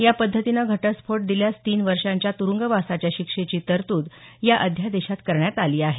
या पद्धतीनं घटस्फोट दिल्यास तीन वर्षाच्या तुरूंगवासाच्या शिक्षेची तरतूद या अध्यादेशात करण्यात आली आहे